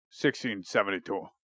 1672